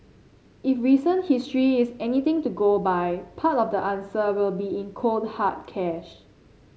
if recent history is anything to go by part of the answer will be in cold hard cash